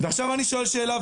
ועכשיו אני שואל שאלה,